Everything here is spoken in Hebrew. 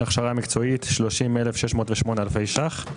הכשרה מקצועית 30,608 אלפי ש"ח,